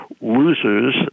Losers